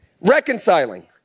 reconciling